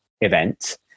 event